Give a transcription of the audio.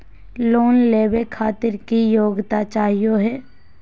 Loan लेवे खातीर की योग्यता चाहियो हे?